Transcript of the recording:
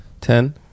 Ten